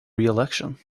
reelection